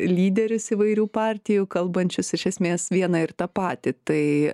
lyderius įvairių partijų kalbančius iš esmės vieną ir tą patį tai